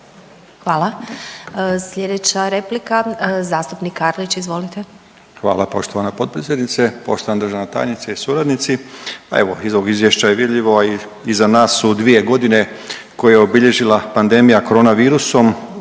Hvala. Slijedeća replika zastupnik Karlić, izvolite. **Karlić, Mladen (HDZ)** Hvala poštovana potpredsjednice. Poštovana državna tajnice i suradnici, pa evo iz ovog izvješća je vidljivo, a i iza nas su dvije godine koje je obilježila pandemija korona virusom